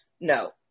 No